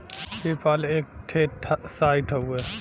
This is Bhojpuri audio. पे पाल एक ठे साइट हउवे